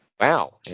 Wow